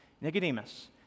Nicodemus